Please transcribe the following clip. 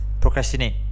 Procrastinate